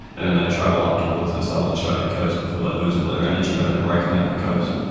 and and they travel up towards the southern australian coast before they lose all their energy, when they break on our coast.